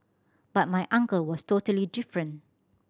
but my uncle was totally different